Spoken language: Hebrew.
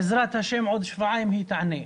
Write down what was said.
בעזרת ה' עוד שבועיים היא תענה.